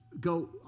go